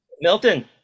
Milton